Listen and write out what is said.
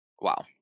Wow